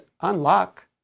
unlock